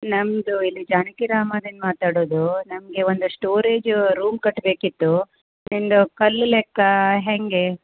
ನಮ್ಮದು ಇಲ್ಲಿ ಜಾನಕೀರಾಮದಿಂದ ಮಾತಾಡೋದು ನಮಗೆ ಒಂದು ಸ್ಟೋರೇಜ್ ರೂಮ್ ಕಟ್ಟಬೇಕಿತ್ತು ನಿಮ್ದು ಕಲ್ಲು ಲೆಕ್ಕ ಹೇಗೆ